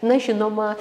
na žinoma